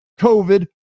COVID